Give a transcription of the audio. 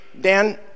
Dan